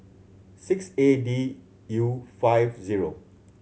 six A D U five zero